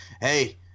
hey